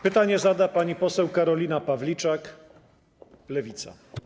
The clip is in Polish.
Pytanie zada pani poseł Karolina Pawliczak, Lewica.